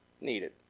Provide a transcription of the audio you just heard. needed